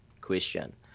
question